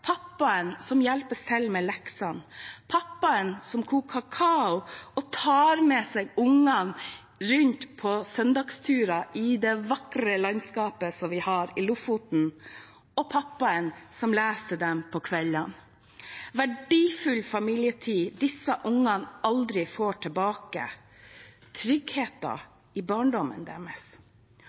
pappaen som hjelper til med leksene, pappaen som koker kakao og tar med seg barna rundt på søndagsturer i det vakre landskapet vi har i Lofoten, og pappaen som leser for dem om kveldene – verdifull familietid disse barna aldri får tilbake, tryggheten i barndommen deres.